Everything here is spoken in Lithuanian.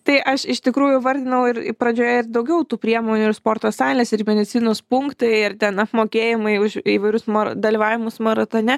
tai aš iš tikrųjų vardinau ir pradžioje ir daugiau tų priemonių ir sporto salės ir medicinos punktai ir ten apmokėjimai už įvairius mar dalyvavimus maratone